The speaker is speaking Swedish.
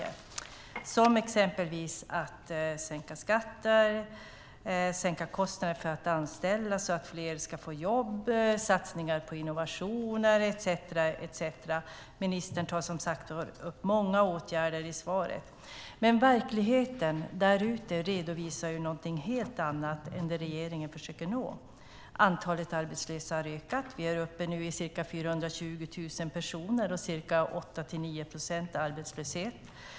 Det handlar exempelvis om att sänka skatter, om att sänka kostnader för att anställa för att fler ska få jobb, om satsningar på innovationer etcetera. Ministern tar som sagt upp många åtgärder i svaret. Men verkligheten där ute redovisar någonting helt annat än det regeringen försöker nå. Antalet arbetslösa har ökat. Vi är nu uppe i ca 420 000 personer och ca 8-9 procents arbetslöshet.